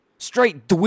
Straight